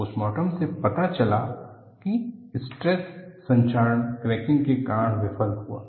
postmortem से पता चला की यह स्ट्रेस संक्षारण क्रैकिंग के कारण विफल हुआ